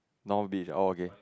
north beach oh okay